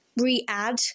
re-add